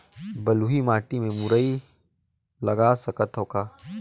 बलुही माटी मे मुरई लगा सकथव का?